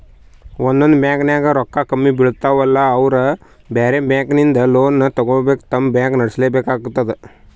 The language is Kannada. ಒಂದೊಂದ್ ಬ್ಯಾಂಕ್ದಾಗ್ ರೊಕ್ಕ ಕಮ್ಮಿ ಬೀಳ್ತಾವಲಾ ಅವ್ರ್ ಬ್ಯಾರೆ ಬ್ಯಾಂಕಿಂದ್ ಲೋನ್ ತಗೊಂಡ್ ತಮ್ ಬ್ಯಾಂಕ್ ನಡ್ಸಲೆಬೇಕಾತದ್